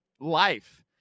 life